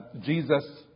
Jesus